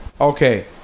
Okay